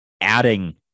adding